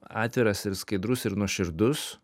atviras ir skaidrus ir nuoširdus